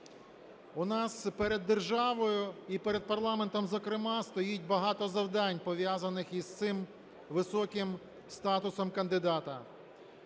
У нас перед державою, і перед парламентом зокрема, стоїть багато завдань, пов'язаних із цим високим статусом кандидата.